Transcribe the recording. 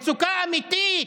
מצוקה אמיתית.